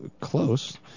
close